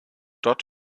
dort